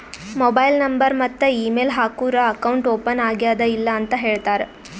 mobile number ಮತ್ತ email ಹಾಕೂರ್ account open ಆಗ್ಯಾದ್ ಇಲ್ಲ ಅಂತ ಹೇಳ್ತಾರ್